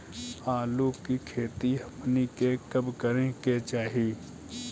आलू की खेती हमनी के कब करें के चाही?